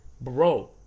bro